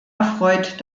erfreut